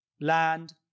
land